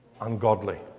ungodly